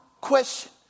question